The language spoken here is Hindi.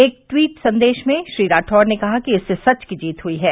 एक टवीट संदेश में श्री राठौर ने कहा कि इससे सच की जीत हुई है